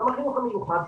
גם החינוך המיוחד,